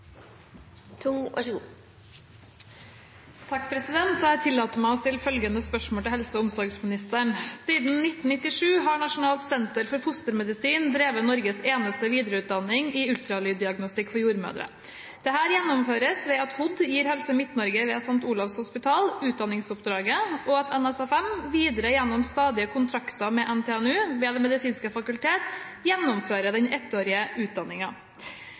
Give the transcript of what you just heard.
til helse- og omsorgsministeren: «Siden 1997 har Nasjonalt senter for fostermedisin, NSFM, drevet Norges eneste videreutdanning i ultralyddiagnostikk for jordmødre. Dette gjennomføres ved at Helse- og omsorgsdepartementet gir Helse Midt-Norge ved St. Olavs hospital utdanningsoppdraget, og at NSFM videre gjennom stadige kontrakter med NTNU ved det medisinske fakultet gjennomfører den